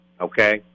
okay